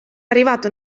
arrivato